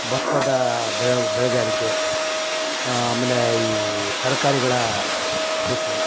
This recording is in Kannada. ಭತ್ತದ ಬೆಳೆ ಬೆಳೆಗಾರಿಕೆ ಆಮೇಲೆ ಈ ತರಕಾರಿಗಳ ಕೃಷಿ